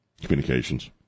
communications